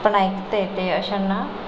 पण ऐकता येते अशांना